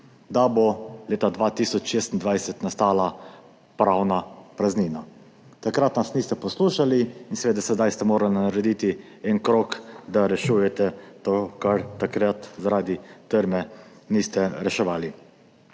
da bo leta 2026 nastala pravna praznina. Takrat nas niste poslušali in ste seveda morali sedaj narediti en krog, da rešujete to, kar takrat zaradi trme niste reševali.